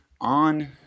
on